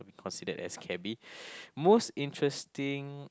be considered as cabby most interesting